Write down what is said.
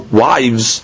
wives